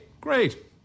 great